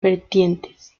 vertientes